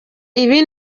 ibi